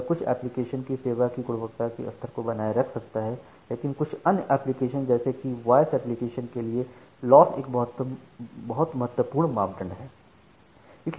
यह कुछ एप्लिकेशन की सेवा के गुणवत्ता के स्तर को बनाए रख सकता हैं लेकिन कुछ अन्य एप्लिकेशन जैसे के वॉयस एप्लीकेशन के लिए लॉस एक बहुत महत्वपूर्ण मापदंड है